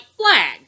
flag